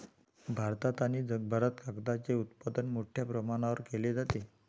भारतात आणि जगभरात कागदाचे उत्पादन मोठ्या प्रमाणावर केले जाते